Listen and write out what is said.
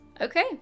Okay